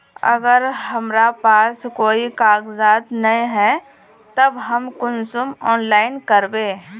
अगर हमरा पास कोई कागजात नय है तब हम कुंसम ऑनलाइन करबे?